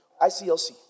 ICLC